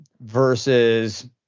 versus